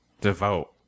devote